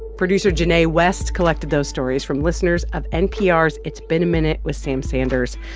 producer jinae west collected those stories from listeners of npr's it's been a minute with sam sanders.